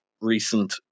recent